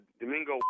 Domingo